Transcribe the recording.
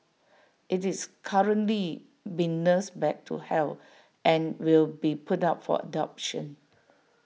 IT is currently being nursed back to health and will be put up for adoption